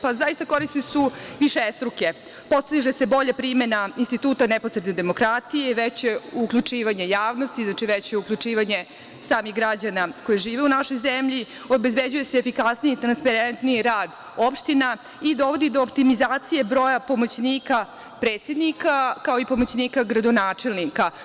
Pa, zaista koristi su višestruke, postiže se bolja primena instituta neposredne demokratije, veće uključivanje javnosti, veće uključivanje samih građana koji žive u našoj zemlji, obezbeđuje se efikasniji i transparentniji rad opština i dovodi do optimizacije broja pomoćnika predsednika, kao i pomoćnika gradonačelnika.